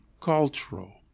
cultural